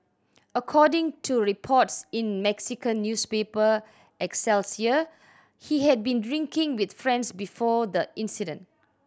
according to reports in Mexican newspaper Excelsior he had been drinking with friends before the incident